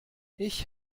ich